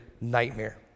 nightmare